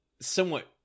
somewhat